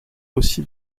aussi